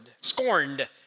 scorned